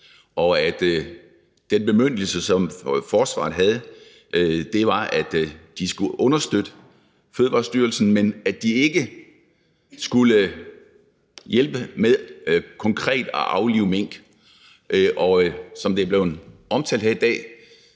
og at den bemyndigelse, som forsvaret havde, var, at de skulle understøtte Fødevarestyrelsen, men at de ikke skulle hjælpe med konkret at aflive mink. Og som det er blevet omtalt her i dag,